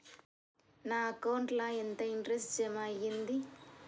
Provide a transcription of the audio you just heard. నా అకౌంట్ ల ఎంత ఇంట్రెస్ట్ జమ అయ్యింది?